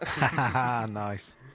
Nice